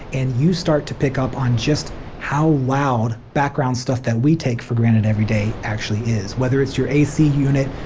and you start to pick up on how loud background stuff that we take for granted every day actually is whether it's your ac unit,